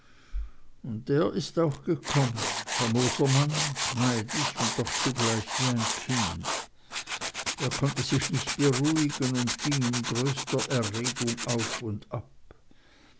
und der ist auch gekommen famoser mann schneidig und doch zugleich wie ein kind er konnte sich nicht beruhigen und ging in größter erregung auf und ab